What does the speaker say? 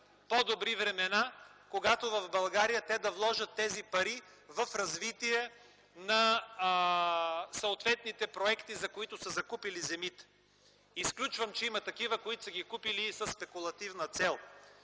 по-добри времена, когато в България те да вложат тези пари в развитие на съответните проекти, за които са закупили земите. Изключвам че има такива, които са ги купили и със спекулативна цел.